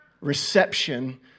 Reception